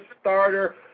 starter